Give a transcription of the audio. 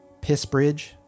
Pissbridge